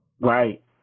Right